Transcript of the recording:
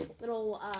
little